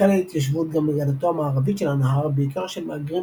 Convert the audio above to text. החלה התיישבות גם לגדתו המערבית של הנהר – בעיקר של מהגרים